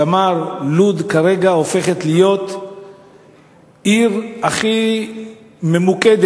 שאמר: לוד כרגע הופכת להיות עיר הכי ממוקדת,